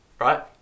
right